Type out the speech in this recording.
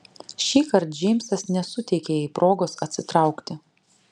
šįkart džeimsas nesuteikė jai progos atsitraukti